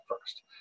first